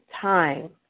time